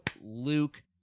Luke